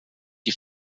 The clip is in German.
die